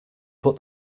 put